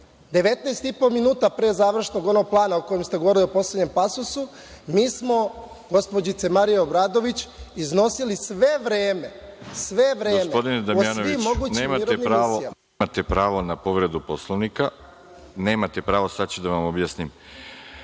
i po minuta, pre završnog onog plana, o kojem ste govorili u poslednjem pasusu, mi smo, gospođice Marija Obradović, iznosili sve vreme, sve vreme o svim mogućim mirovnim misijama.